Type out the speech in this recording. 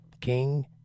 King